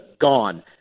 gone